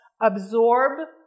absorb